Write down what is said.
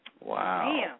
Wow